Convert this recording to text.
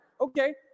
okay